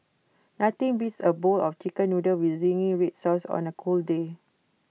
nothing beats A bowl of Chicken Noodles with Zingy Red Sauce on A cold day